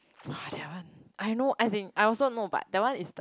!wah! that one I know as in I also know but that one is like